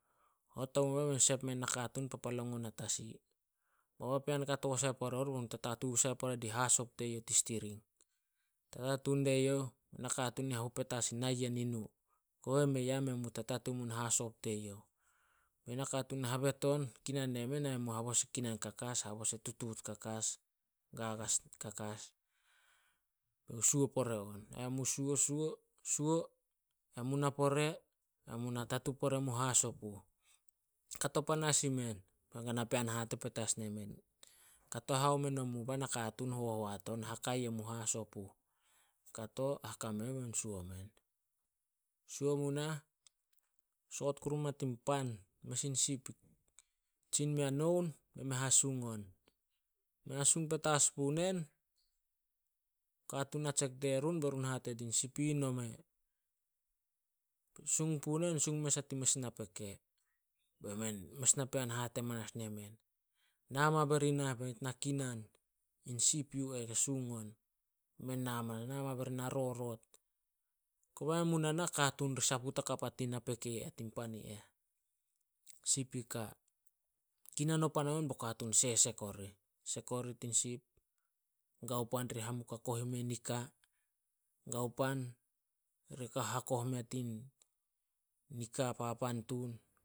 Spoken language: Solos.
﻿Hot omu me, be men sep mui nakatuun i ih papalangon ai tasi. Bao papean kato sai pore rih tatatu sai pore din hasop teyouh tin stiring. Tatatu die youh, bai nakatuun hate petas in nayen i nu, kobe mei a, men mu tatu in hasop teyouh. Nakatuun habet on kinan nemen ai men mu habos e kinan kakas, habos e tutuut kakas, gagas kakas, be youh suo pore on. Ai men mu suo, suo, suo, amen mu na pore ai men mu na tatu pore mun hasop uh. Kato panas imen, bein kana pean hate petas nenem, "Kato haome nomu bah nakatuun hohoat on, haka yem mun hasop uh." Kato haka me youh bemen suo men. Suo mu nah, soot kuru oma tin pan, mes in sip tsin mea noun be me hasung on. Me hasung petas punen, katun na tsek dierun, be run hate di sip i ih nome. Sung punen, me sung mes a tin mes napete. Mes na pean hate manas nemen, "Na ma nah be nit na kinan. In sip yu eh sung on, na ma narorot. Koba men mu na nah, katuun ri saput hakap a tin na peke. Sip i ka, kinan o pan omen bao katuun sesek orih, sek orih tin sip. Gao pan ri hamuk hakoh i mein nika, gao pan ri hakoh mea tin, nika papan tun.